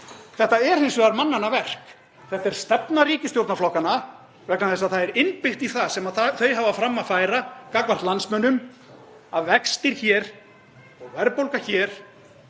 Þetta er hins vegar mannanna verk. Þetta er stefna ríkisstjórnarflokkanna vegna þess að það er innbyggt í það sem þau hafa fram að færa gagnvart landsmönnum að vextir hér og verðbólga hér